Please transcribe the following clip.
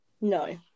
No